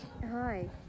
Hi